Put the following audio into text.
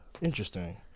Interesting